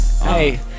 Hey